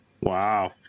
Wow